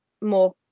more